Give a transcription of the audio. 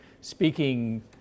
speaking